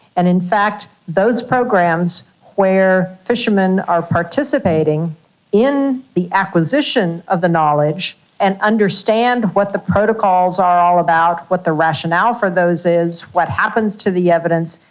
and in fact those programs where fishermen are participating in the acquisition of the knowledge and understand what the protocols are all about, what the rationale for those is, what happens to the evidence,